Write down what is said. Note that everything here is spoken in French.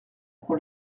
pour